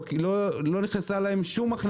לא נכנסה להם שום הכנסה.